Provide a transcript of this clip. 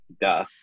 duh